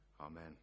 amen